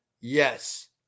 Yes